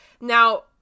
Now